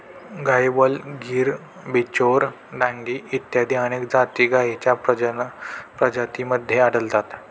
गायवळ, गीर, बिचौर, डांगी इत्यादी अनेक जाती गायींच्या प्रजातींमध्ये आढळतात